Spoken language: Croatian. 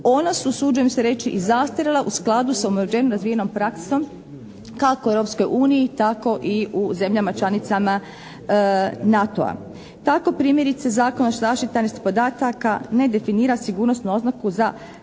Ona su usuđujem se reći i zastarjela u skladu sa … /Ne razumije se./ … praksom kako u Europskoj uniji tako i u zemljama članicama NATO-a. Tako primjerice Zakon o zaštiti tajnosti podataka ne definira sigurnosnu oznaku za